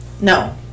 No